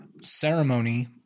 ceremony